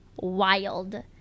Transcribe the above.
wild